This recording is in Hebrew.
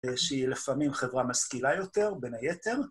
שהיא לפעמים חברה משכילה יותר, בין היתר.